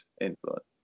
influence